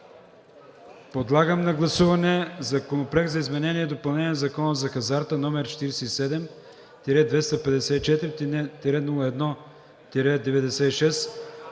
Подлагам на гласуване Законопроект за изменение и допълнение на Закона за хазарта № 47-254-01-96,